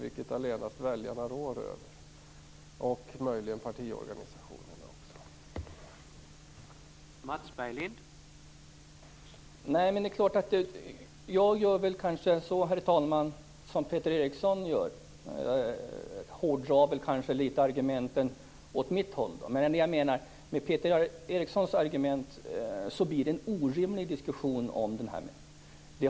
Det rådet ju allenast väljarna över, och möjligen partiorganisationerna också.